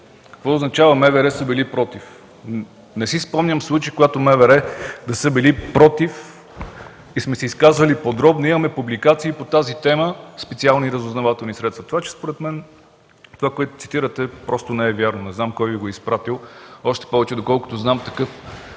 Какво означава: МВР са били против. Не си спомням случай, когато МВР да са били против и сме се изказвали подробно, имаме публикации по тази тема: Специални разузнавателни средства. Така че според мен това, което цитирате, просто не е вярно. Не знам кой Ви го е изпратил. Още повече, доколкото знам, такъв